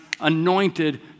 anointed